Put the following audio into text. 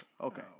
Okay